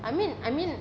I mean I mean